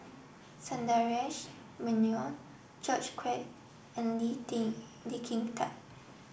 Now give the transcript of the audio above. Sundaresh Menon George Quek and Lee Kin Tat